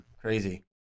Crazy